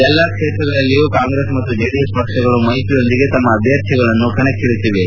ಎಲ್ಲಾ ಕ್ಷೇತ್ರಗಳಲ್ಲಿಯೂ ಕಾಂಗ್ರೆಸ್ ಮತ್ತು ಜೆಡಿಎಸ್ ಪಕ್ಷಗಳು ಮೈತ್ರಿಯೊಂದಿಗೆ ತಮ್ಮ ಅಭ್ಯರ್ಥಿಗಳನ್ನು ಕಣಕ್ಕಿಳಿಸಿವೆ